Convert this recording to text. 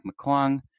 McClung